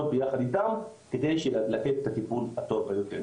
ביחד איתם כדי לתת את הטיפול הטוב ביותר.